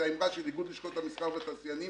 העמדה של לשכות איגוד לשכות המסחר והתעשיינים